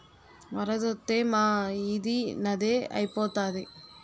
వరదొత్తే మా ఈది నదే ఐపోతాది